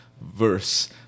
verse